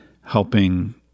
helping